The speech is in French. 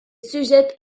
sujette